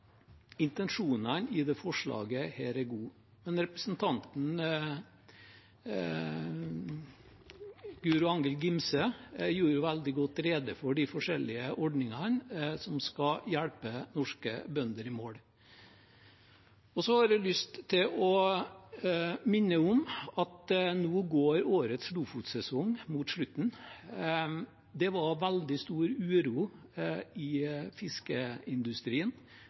intensjonene i dette forslaget er gode. Men representanten Guro Angell Gimse gjorde veldig godt rede for de forskjellige ordningene som skal hjelpe norske bønder i mål. Så har jeg lyst til å minne om at nå går årets lofotsesong mot slutten. Det var veldig stor uro i fiskeindustrien